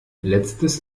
letztes